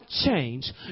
change